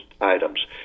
items